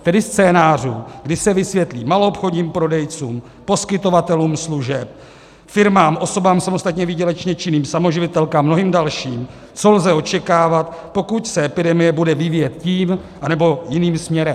Tedy scénářů, kdy se vysvětlí maloobchodním prodejcům, poskytovatelům služeb, firmám, osobám samostatně výdělečně činným, samoživitelkám, mnohým dalším, co lze očekávat, pokud se epidemie bude vyvíjet tím, anebo jiným směrem.